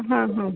हां हां